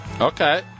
Okay